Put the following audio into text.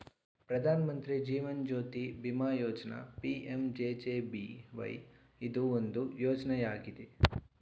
ಪ್ರಧಾನ ಮಂತ್ರಿ ಜೀವನ್ ಜ್ಯೋತಿ ಬಿಮಾ ಯೋಜ್ನ ಪಿ.ಎಂ.ಜೆ.ಜೆ.ಬಿ.ವೈ ಇದು ಒಂದು ಯೋಜ್ನಯಾಗಿದೆ